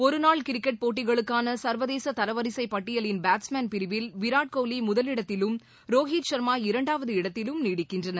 ஒரு நாள் கிரிக்கெட் போட்டிகளுக்கான சர்வதேச தரவரிசை பட்டியலின் பேட்ஸ்மேன் பிரிவில் விராட் கோலி முதலிடத்திலும் ரோஹித் சர்மா இரண்டாவது இடத்திலும் நீடிக்கின்றனர்